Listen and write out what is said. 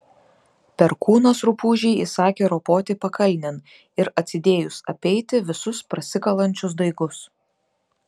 perkūnas rupūžei įsakė ropoti pakalnėn ir atsidėjus apeiti visus prasikalančius daigus